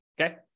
Okay